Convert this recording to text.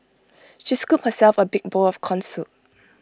she scooped herself A big bowl of Corn Soup